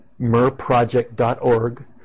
merproject.org